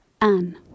Anne